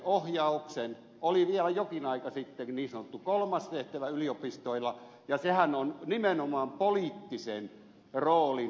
oli vielä jokin aika sitten niin sanottu kolmas tehtävä yliopistoilla ja sehän on nimenomaan poliittisen roolin valvomista